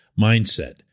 mindset